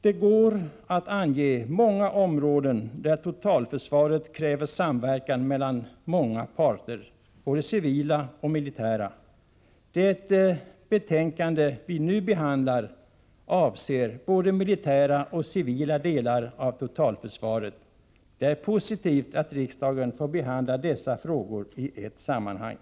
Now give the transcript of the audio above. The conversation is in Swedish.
Det går att ange många områden där totalförsvaret kräver samverkan mellan flera parter, både civila och militära. Försvarsutskottets betänkande 9, som vi nu debatterar, avser både militära och civila delar av totalförsvaret. Det är positivt att riksdagen får behandla dessa frågor i ett sammanhang.